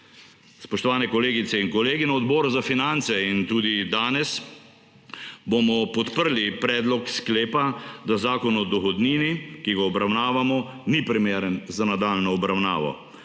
Spoštovani kolegice in kolegi! Na Odboru za finance in tudi danes bomo podprli predlog sklepa, da Zakon o dohodnini, ki ga obravnavamo, ni primeren za nadaljnjo obravnavo.